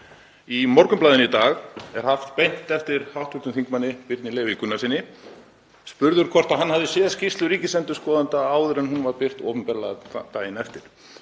Í Morgunblaðinu í dag er haft beint eftir hv. þm. Birni Leví Gunnarssyni, spurður hvort hann hafi séð skýrslu ríkisendurskoðanda áður en hún var birt opinberlega daginn eftir